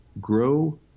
grow